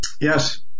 Yes